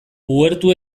uhertu